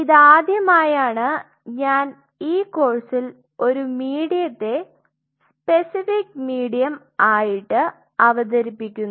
ഇതാദ്യമായാണ് ഞാൻ ഈ കോഴ്സിൽ ഒരു മീഡിയത്തെ സ്പെസിഫിക് മീഡിയം ആയിട്ടു അവതരിപ്പിക്കുന്നത്